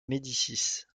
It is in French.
médicis